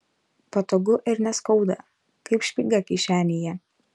patogu ir neskauda kaip špyga kišenėje